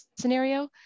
scenario